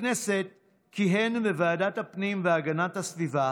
בכנסת כיהן בוועדת הפנים והגנת הסביבה